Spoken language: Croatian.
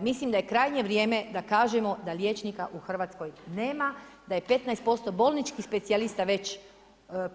Mislim da je krajnje vrijeme da kažemo da liječnika u Hrvatskoj nema, da je 15% bolnički specijalista